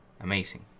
amazing